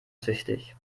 süchtig